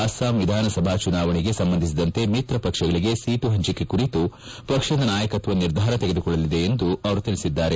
ಅಸ್ಲಾಂ ವಿಧಾನಸಭಾ ಚುನಾವಣೆಗೆ ಸಂಬಂಧಿಸಿದಂತೆ ಮಿತ್ರಪಕ್ಷಗಳಿಗೆ ಸೀಟು ಪಂಚಿಕೆ ಕುರಿತು ಪಕ್ಷದ ನಾಯಕತ್ವ ನಿರ್ಧಾರ ತೆಗೆದುಕೊಳ್ಳಲಿದೆ ಎಂದು ಅವರು ತಿಳಿಸಿದ್ದಾರೆ